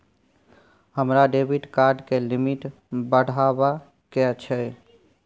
हमरा debit card के limit बढावा के छै